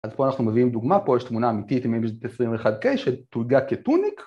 אז פה אנחנו מביאים דוגמה, פה יש תמונה אמיתית מ-21K שתויגה כטוניק